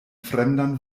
fremdan